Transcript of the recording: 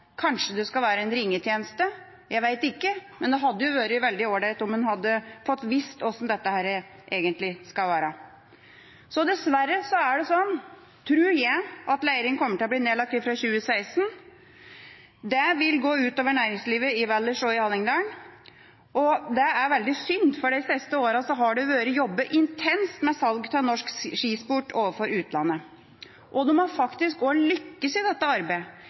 Kanskje det skal være en ringetjeneste, jeg vet ikke, men det hadde vært veldig all right om en hadde fått vite hvordan dette egentlig skal være. Dessverre er det sånn, tror jeg, at Leirin kommer til å bli nedlagt fra 2016. Det vil gå ut over næringslivet i Valdres og i Hallingdal, og det er veldig synd, for de siste årene har det blitt jobbet intenst med salg av norsk skisport overfor utlandet, og de har faktisk også lyktes i dette arbeidet.